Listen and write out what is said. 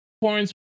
points